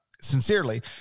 sincerely